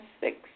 six